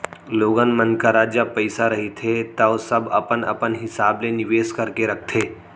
लोगन मन करा जब पइसा रहिथे तव सब अपन अपन हिसाब ले निवेस करके रखथे